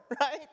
right